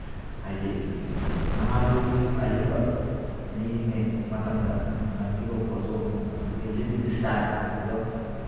ꯍꯥꯏꯗꯤ ꯅꯍꯥꯜꯋꯥꯏꯒꯤ ꯑꯔꯤꯕ ꯂꯤꯔꯤꯉꯩ ꯃꯇꯝꯗ ꯅꯝꯈꯤꯕ ꯐꯣꯇꯣ ꯑꯗꯨꯒꯤ ꯂꯤꯚꯤꯡ ꯏꯁꯇꯥꯏꯜ ꯑꯗꯨꯒ